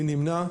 מי נמנע?